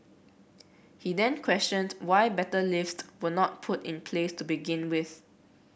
he then questioned why better lifts were not put in place to begin with